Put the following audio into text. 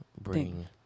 bring